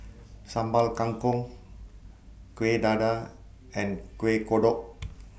Sambal Kangkong Kuih Dadar and Kuih Kodok